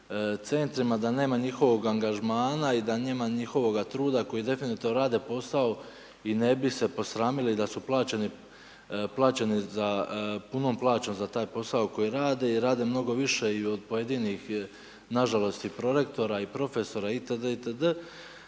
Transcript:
Da nema njihovog angažmana i da nema njihovoga trude koji definitivno rade posao i ne bi se posramili da su plaćeni punom plaćom za taj posao koji rade i rade mnogo više i od pojedinih na žalost i prorektora i profesora itd. Oni